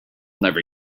never